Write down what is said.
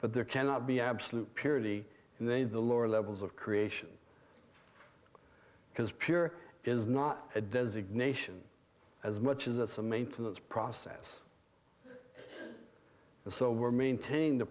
but there cannot be absolute purity and then the lower levels of creation because pure is not a designation as much as a maintenance process and so we're maintaining the